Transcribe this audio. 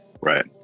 right